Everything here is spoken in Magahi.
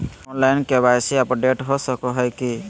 ऑनलाइन के.वाई.सी अपडेट हो सको है की?